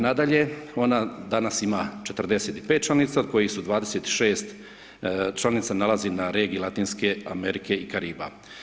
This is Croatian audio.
Nadalje, ona danas ima 45 članica, od kojih su 26 članice nalaze na regiji Latinske Amerike i Kariba.